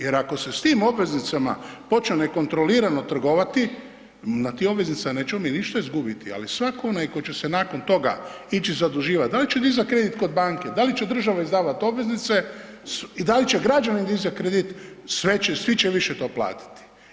Jer ako se s tim obveznicama počne nekontrolirano trgovati, na tim obveznicama nećemo mi ništa izgubiti, ali svatko onaj koji će se nakon toga ići zaduživati, da li će dizati kredit kod banke, da li će država izdavati obveznice i da li će građani dizati kredit, sve će, svi će više to platiti.